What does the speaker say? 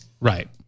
Right